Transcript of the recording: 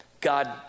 God